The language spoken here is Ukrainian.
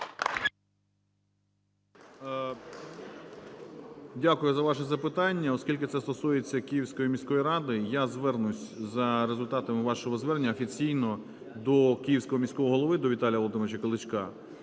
Дякую за ваше запитання. Оскільки це стосується Київської міської ради, я звернусь за результатами вашого звернення офіційно до Київського міського голови до Віталія Володимировича Кличка.